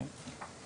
שבע.